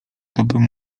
tobym